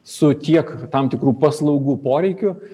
su tiek tam tikrų paslaugų poreikiu